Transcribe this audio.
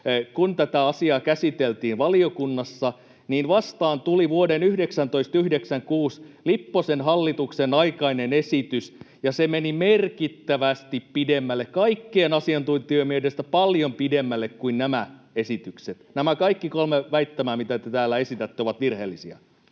kun tätä asiaa käsiteltiin valiokunnassa, niin vastaan tuli vuoden 1996 Lipposen hallituksen aikainen esitys, ja se meni merkittävästi pidemmälle, kaikkien asiantuntijoiden mielestä paljon pidemmälle kuin nämä esitykset. Nämä kaikki kolme väittämää, mitä te täällä esitätte, ovat virheellisiä.